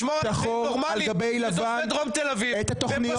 לשמור עלינו כמדינה נורמלית לתושבי דרום תל אביב והם